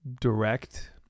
direct